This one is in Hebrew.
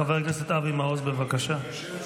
חבר הכנסת אבי מעוז, בבקשה.